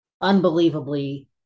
unbelievably